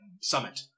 summit